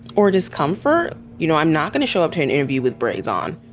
or discomfort? you know i'm not going to show up to an interview with braids on,